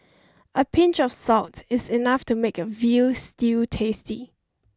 a pinch of salt is enough to make a veal stew tasty